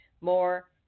More